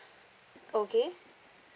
okay